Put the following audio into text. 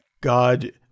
God